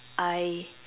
I